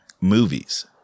Movies